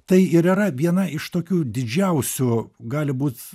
tai ir yra viena iš tokių didžiausių gali būt